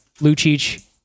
Lucic